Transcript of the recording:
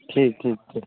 ٹھیک ٹھیک ٹھیک